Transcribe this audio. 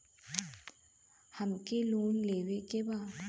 हमके लोन लेवे के बा?